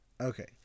Okay